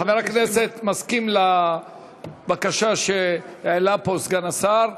חבר הכנסת מסכים לבקשה שהעלה פה סגן השר?